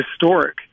historic